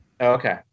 Okay